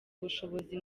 ubushobozi